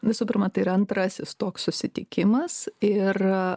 visų pirma tai yra antrasis toks susitikimas ir